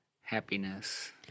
happiness